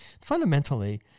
fundamentally